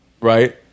Right